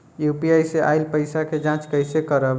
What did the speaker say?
UPI से आइल पईसा के जाँच कइसे करब?